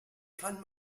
kann